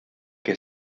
que